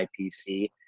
IPC